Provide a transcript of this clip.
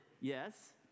yes